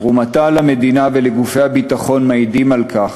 תרומתה למדינה ולגופי הביטחון מעידה על כך.